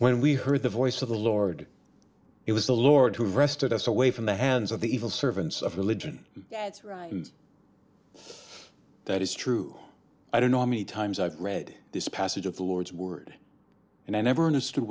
when we heard the voice of the lord it was the lord who arrested us away from the hands of the evil servants of religion that's right and that is true i don't know how many times i've read this passage of the lord's word and i never understood